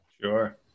Sure